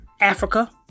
Africa